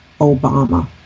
Obama